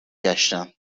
گشتم